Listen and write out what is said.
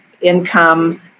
income